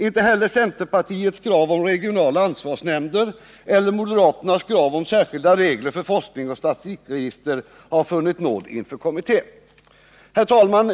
Inte heller centerpartiets krav på regionala ansvarsnämnder eller moderaternas krav på särskilda regler för forskningsoch statistikregister har funnit nåd inför kommittén. Herr talman!